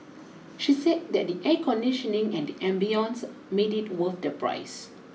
she said that the air conditioning and the ambience made it worth the price